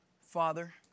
Father